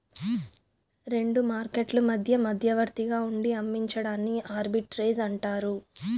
రెండు మార్కెట్లు మధ్య మధ్యవర్తిగా ఉండి అమ్మించడాన్ని ఆర్బిట్రేజ్ అంటారు